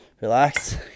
Relax